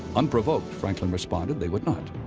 unprovoked, franklin responded they would not.